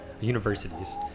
universities